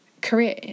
career